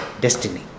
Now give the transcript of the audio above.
destiny